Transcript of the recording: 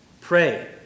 pray